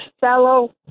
fellow